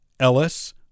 Ellis